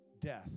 death